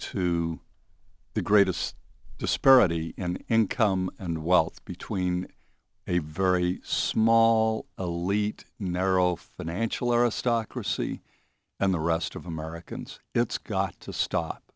to the greatest disparity in income and wealth between a very small elite narrow financial aristocracy and the rest of americans it's got to stop